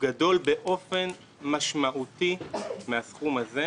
גדול באופן משמעותי מהסכום הזה.